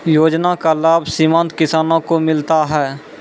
योजना का लाभ सीमांत किसानों को मिलता हैं?